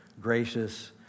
gracious